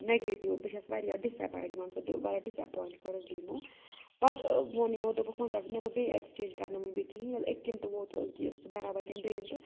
negative بہٕ چھَس واریاہ ڈِس اٮ۪پایِنٛٹ یِمَن سۭتۍ واریاہ ڈِس اٮ۪پویِنٛٹ کٔرٕس بہٕ یِمو پَتہٕ ووٚن یِمو دوٚپُکھ وۄنۍ کَر ژٕ مےٚ دوٚپ بیٚیہِ اٮ۪کسچینٛج کَرٕ نہٕ وَنہِ بہٕ کِہیٖنۍ أکِم تہِ ووت کہِ سُہ برابر کینٛہہ دوٚیِم تہٕ